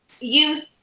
youth